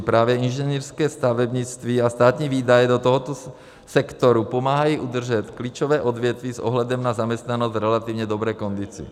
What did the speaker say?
Právě inženýrské stavebnictví a státní výdaje do tohoto sektoru pomáhají udržet klíčové odvětví s ohledem na zaměstnanost v relativně dobré kondici.